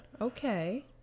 Okay